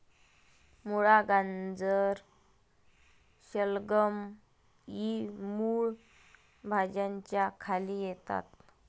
मुळा, गाजर, शलगम इ मूळ भाज्यांच्या खाली येतात